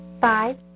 five